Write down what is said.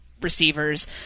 receivers